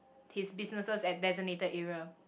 his businesses at designated area